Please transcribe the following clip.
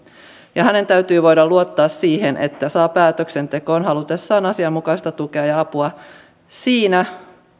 ja hänen täytyy voida luottaa siihen että saa päätöksentekoon halutessaan asianmukaista tukea ja apua siinä